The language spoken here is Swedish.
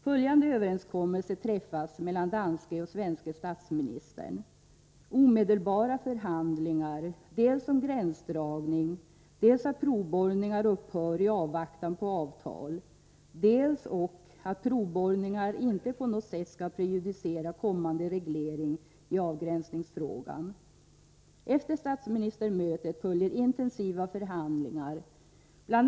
Mellan den danske och den svenske statsministern träffas överenskommelse om omedelbara förhandlingar dels om att gränsdragning skall ske, dels om att provborrningar upphör i avvaktan på avtal, dels ock att provborrningar inte på något sätt skall prejudicera kommande reglering i avgränsningsfrågan. 73 Efter statsministermötet följer intensiva förhandlingar. Bl.